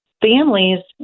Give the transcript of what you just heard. families